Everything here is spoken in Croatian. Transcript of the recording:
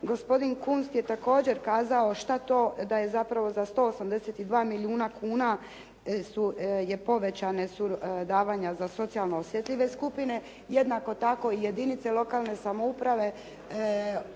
Gospodin Kunst je također kazao šta to, da je zapravo za 182 milijuna kuna je povećane su davanja za socijalno osjetljive skupine. Jednako tako i jedinice lokalne samouprave svojim